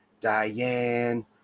Diane